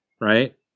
right